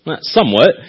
somewhat